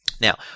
Now